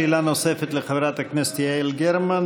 שאלה נוספת לחברת הכנסת יעל גרמן.